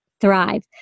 thrive